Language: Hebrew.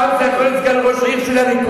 ופעם זה יכול להיות סגן ראש עיר מהליכוד,